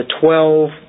twelve